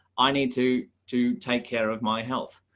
i need to to take care of my health.